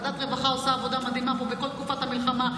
ועדת הרווחה עושה עבודה מדהימה פה בכל תקופת המלחמה.